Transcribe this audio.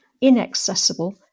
inaccessible